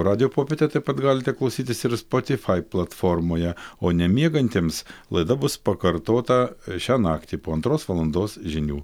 radijo popietę taip pat galite klausytis ir spotify platformoje o nemiegantiems laida bus pakartota šią naktį po antros valandos žinių